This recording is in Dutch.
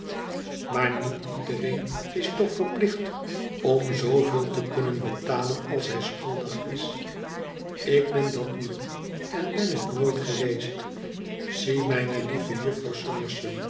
maar niet iedereen is toch verplicht om zooveel te kunnen betalen als hij schuldig is ik ben dat niet en ben het nooit geweest zie mijne lieve jufvrouw